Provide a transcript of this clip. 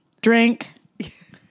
Drink